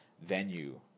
venue